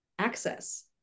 access